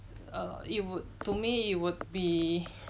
uh it would to me would be